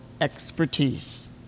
expertise